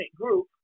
group